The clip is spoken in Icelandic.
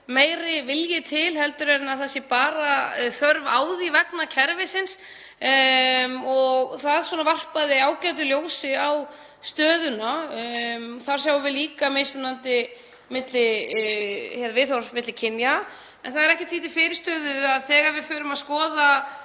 meiri vilji til en að það sé bara þörf á því vegna kerfisins, og það varpaði ágætu ljósi á stöðuna. Þar sjáum við líka mismunandi viðhorf milli kynja. En það er ekkert því til fyrirstöðu að þegar við förum að skoða